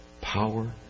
Power